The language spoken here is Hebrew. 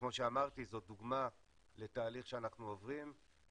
כמו שאמרתי, זו דוגמה לתהליך שאנחנו עוברים.